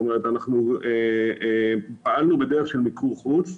כלומר, פעלנו בדרך של מיקור חוץ.